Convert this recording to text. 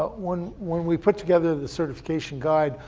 ah when when we put together the certification guide,